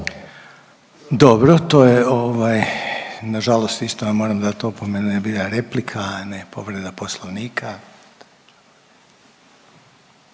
Dobro, to je ovaj, nažalost isto vam moram dat opomenu jer je bila replika, a ne povreda Poslovnika.